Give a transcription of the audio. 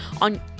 on